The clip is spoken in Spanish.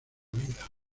vida